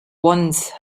once